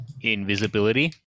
invisibility